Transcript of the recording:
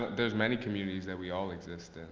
there's many communities that we all exist in.